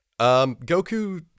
Goku